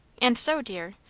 and so, dear,